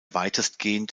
weitestgehend